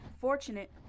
fortunate